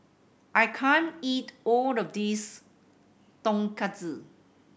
I can't eat all of this Tonkatsu